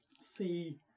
see